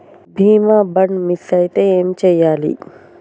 బీమా bond miss అయితే ఏం చేయాలి?